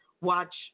watch